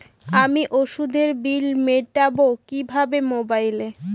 আমি ওষুধের বিল মেটাব কিভাবে মোবাইলে?